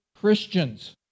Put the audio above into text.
Christians